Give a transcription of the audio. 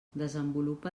desenvolupa